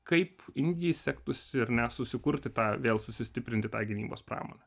kaip indijai sektųsi ar ne susikurti tą vėl sustiprinti tą gynybos pramonę